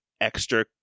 extra